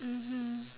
mmhmm